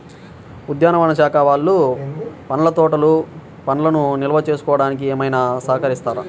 ఉద్యానవన శాఖ వాళ్ళు పండ్ల తోటలు పండ్లను నిల్వ చేసుకోవడానికి ఏమైనా సహకరిస్తారా?